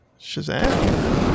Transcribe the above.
Shazam